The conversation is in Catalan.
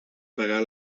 pagar